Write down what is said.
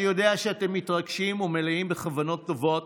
אני יודע שאתם מתרגשים ומלאים בכוונות טובות